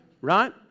Right